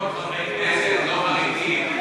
עשרות חברי כנסת לא חרדים.